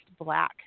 black